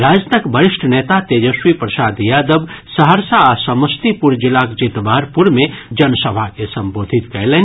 राजदक वरिष्ठ नेता तेजस्वी प्रसाद यादव सहरसा आ समस्तीपुर जिलाक जितवारपुर मे जनसभा के संबोधित कयलनि